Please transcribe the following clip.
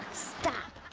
stop.